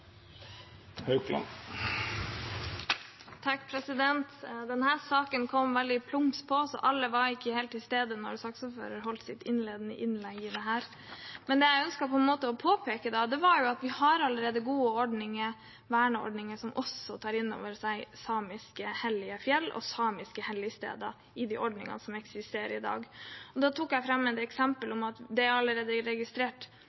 saken kom veldig «plums» på, så alle var ikke til stede da jeg som saksordfører holdt mitt innledende innlegg her. Men det jeg ønsket å påpeke, er at vi allerede har gode verneordninger, og at de ordningene som eksisterer i dag, også tar opp i seg samiske hellige fjell og samiske hellige steder. Da tok jeg fram eksempelet med at mange av disse stedene allerede er registrert i databasen Askeladden. Der er det allerede registrert et